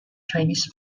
chinese